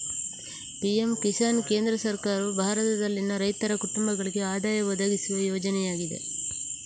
PM Kisan ಕೇಂದ್ರ ಸರ್ಕಾರವು ಭಾರತದಲ್ಲಿನ ರೈತರ ಕುಟುಂಬಗಳಿಗೆ ಆದಾಯ ಒದಗಿಸುವ ಯೋಜನೆಯಾಗಿದೆ